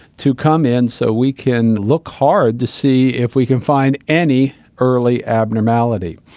to come in so we can look hard to see if we can find any early abnormality.